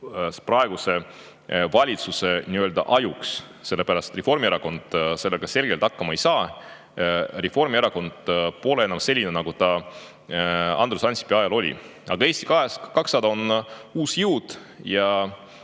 praeguse valitsuse nii-öelda ajuks, sellepärast et Reformierakond sellega selgelt hakkama ei saa. Reformierakond pole enam selline, nagu ta Andrus Ansipi ajal oli. Aga Eesti 200 on uus jõud ja